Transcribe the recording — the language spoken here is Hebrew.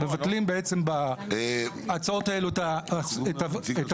מבטלים בעצם בהצעות האלה את הולחו"ף,